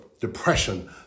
depression